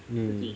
mmhmm